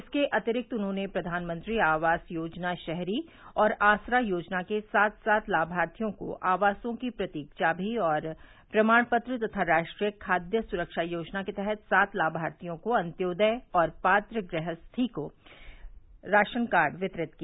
इसके अतिरिक्त उन्होंने प्रधानमंत्री आवास योजना शहरी आसरा योजना के सात सात लाभार्थियों को आवास की प्रतीक चामी और प्रमाण पत्र तथा राष्ट्रीय खाद्य सुरक्षा योजना के तहत सात लाभार्थियों को अन्योदय और पात्र गृहस्थी का राशन कार्ड वितरित किया